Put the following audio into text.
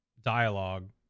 dialogue